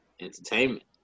entertainment